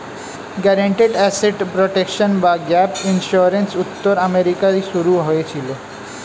guaranteed asset protection বা gap insurance উত্তর আমেরিকায় শুরু হয়েছিল